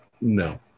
No